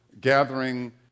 gathering